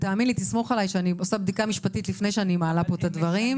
תסמוך עלי שאני עושה בדיקה משפטית לפני שאני מעלה פה את הדברים.